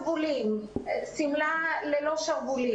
שמלה ללא שרוולים.